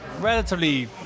relatively